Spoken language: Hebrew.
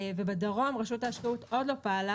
ובדרום רשות ההשקעות עוד לא פעלה,